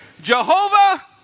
Jehovah